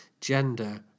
gender